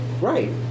Right